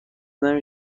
نمی